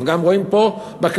אנחנו גם רואים פה בכנסת,